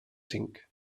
cinc